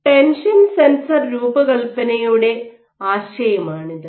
tension sensor രൂപകൽപ്പനയുടെ ആശയമാണിത്